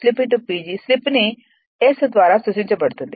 slip ని S ద్వారా సూచించబడుతుంది